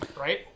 right